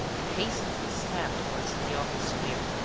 and hastened his step towards carioca square,